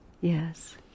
yes